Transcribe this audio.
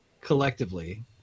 collectively